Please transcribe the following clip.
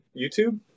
YouTube